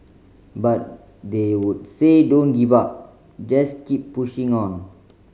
but they would say don't give up just keep pushing on